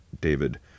David